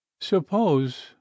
suppose